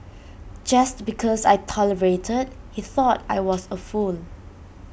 just because I tolerated he thought I was A fool